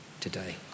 today